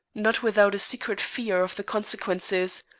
not without a secret fear of the consequences,